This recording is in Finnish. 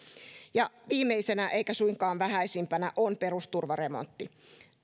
ja viimeisenä eikä suinkaan vähäisimpänä on perusturvaremontti